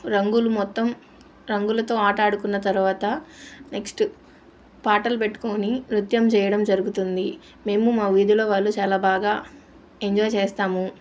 రంగులు మొత్తం రంగులతో ఆడుకున్న తర్వాత నెక్స్ట్ పాటలు పెట్టుకుని నృత్యం చేయడం జరుగుతుంది మేము మా వీధిలో వాళ్ళు చాలా బాగా ఎంజాయ్ చేస్తాము